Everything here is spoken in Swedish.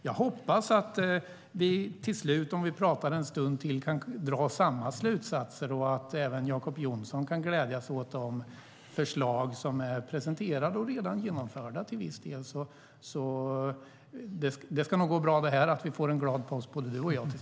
Jag hoppas att vi till slut om vi pratar en stund till kan dra samma slutsatser och att även Jacob Johnson kan glädjas åt de förslag som är presenterade och redan genomförda till viss del. Det ska nog gå bra det här, så att både du och jag får en glad påsk till slut.